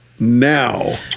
now